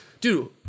dude